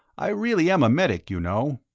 i really am a medic, you know.